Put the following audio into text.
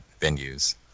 venues